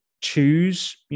choose